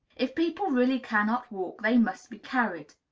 if people really cannot walk, they must be carried.